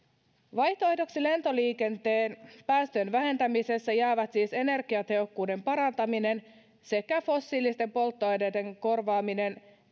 vaihtoehdoksi lentoliikenteen päästöjen vähentämisessä jäävät siis energiatehokkuuden parantaminen sekä fossiilisten polttoaineiden korvaaminen